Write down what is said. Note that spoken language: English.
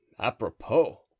Apropos